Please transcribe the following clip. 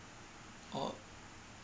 oh